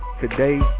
today